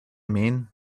mean